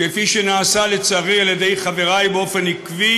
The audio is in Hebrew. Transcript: כפי שנעשה לצערי על ידי חברי באופן עקבי,